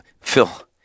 Phil